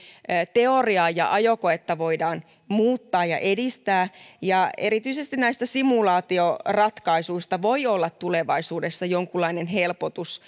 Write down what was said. teoriaa ja ajokoetta voidaan muuttaa ja edistää erityisesti simulaatioratkaisut voivat olla tulevaisuudessa jonkunlainen helpotus